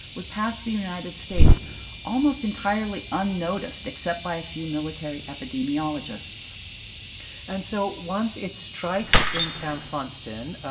would pass the united states almost entirely unnoticed except by a few military epidemiologists and so once it strikes in camp funston,